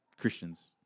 Christians